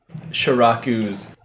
shiraku's